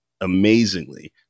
amazingly